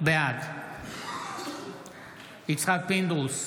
בעד יצחק פינדרוס,